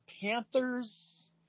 Panthers